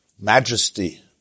majesty